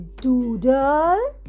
Doodle